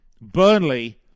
Burnley